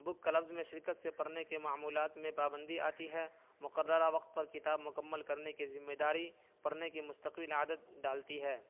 بک clubs میں شرکت سے پڑھنے کے معمولات میں پابندی آتی ہے مقررہ وقت پر کتاب مکمل کرنے کی ذمہ داری پڑھنے کی مستقل عادت ڈالتی ہے